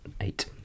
eight